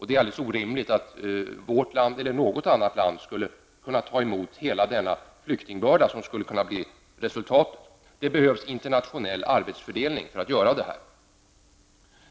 Det är orimligt att vårt land eller något land skulle kunna ta emot hela flyktingbördan, som skulle kunna bli resultatet. Det behövs internationell arbetsfördelning.